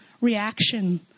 reaction